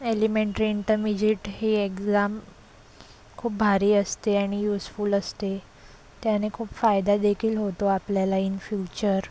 elementary intermediate ही exam खूप भारी असते आणि यूजफुल असते त्याने खूप फायदा देखील होतो आपल्याला इन फ्युचर